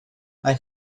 mae